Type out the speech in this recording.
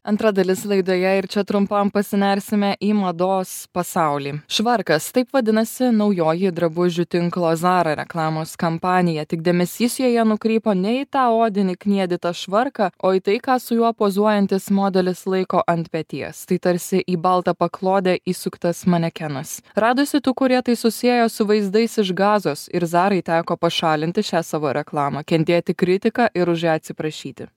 antra dalis laidoje ir čia trumpam pasinersime į mados pasaulį švarkas taip vadinasi naujoji drabužių tinklo zara reklamos kampanija tik dėmesys joje nukrypo ne į tą odinį kniedytą švarką o į tai ką su juo pozuojantis modelis laiko ant peties tai tarsi į baltą paklodę į suktas manekenas radosi tų kurie tai susiejo su vaizdais iš gazos ir zarai teko pašalinti šią savo reklamą kentėti kritiką ir už ją atsiprašyti